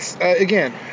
Again